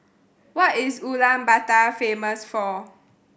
what is Ulaanbaatar famous for